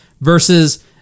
Versus